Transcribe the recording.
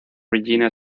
regina